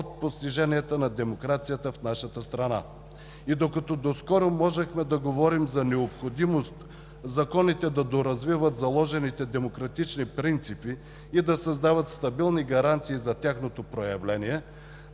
от постиженията на демокрацията в нашата страна. И докато доскоро можехме да говорим за необходимост законите да доразвиват заложените демократични принципи и да създават стабилни гаранции за тяхното проявление,